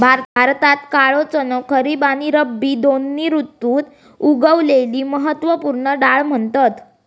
भारतात काळो चणो खरीब आणि रब्बी दोन्ही ऋतुत उगवलेली महत्त्व पूर्ण डाळ म्हणतत